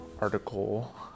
article